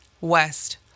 west